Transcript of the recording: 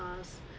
us